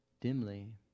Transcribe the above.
dimly